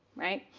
right?